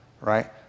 Right